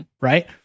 right